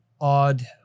odd